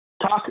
Talk